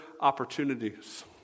opportunities